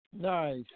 Nice